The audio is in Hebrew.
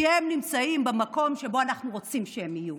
כי הם נמצאים במקום שבו אנחנו רוצים שהם יהיו.